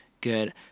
good